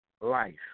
life